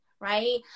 Right